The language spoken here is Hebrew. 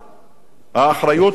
האחריות שצריכים לגלות